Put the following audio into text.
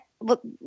Look